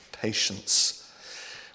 patience